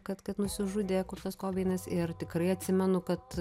kad kad nusižudė kurtas kobeinas ir tikrai atsimenu kad